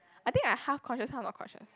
I think I half conscious half not conscious